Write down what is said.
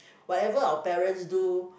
whatever our parents do